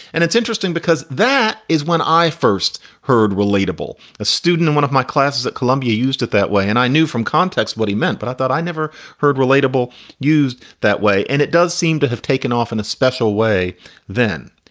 and it's interesting because that is when i first heard relatable a student and one of my classes at columbia used it that way. and i knew from context what he meant. but i thought i never heard relatable used that way. and it does seem to have taken off in a special way then.